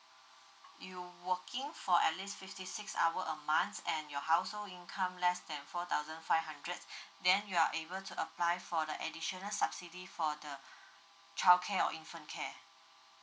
you working for at least fifty six hour a month and your household income less than four thousand five hundred then you are able to apply for the additional subsidy for the childcare or infant care